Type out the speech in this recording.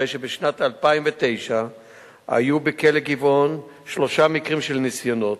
הרי שב-2009 היו בכלא "גבעון" שלושה ניסיונות,